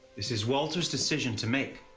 this is walter's decision to make.